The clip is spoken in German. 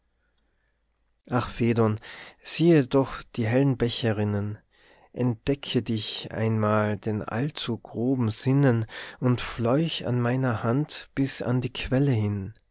ach phädon siehe doch die hellen bäche rinnen entdecke dich einmal den allzu groben sinnen und fleuch an meiner hand bis an die quelle hin